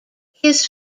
his